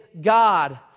God